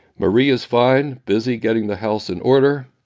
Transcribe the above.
marie is fine, busy getting the house in order.